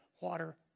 water